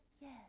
yes